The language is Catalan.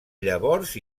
llavors